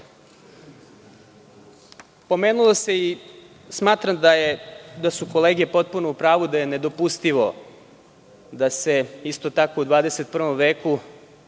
iskoristimo. Smatram da su kolege potpuno u pravu da je nedopustivo da se isto tako u 21. veku